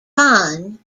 conn